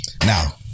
Now